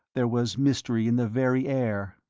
there was mystery in the very air.